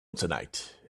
tonight